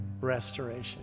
restoration